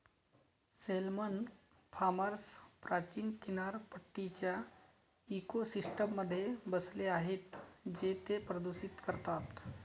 salmon farms प्राचीन किनारपट्टीच्या इकोसिस्टममध्ये बसले आहेत जे ते प्रदूषित करतात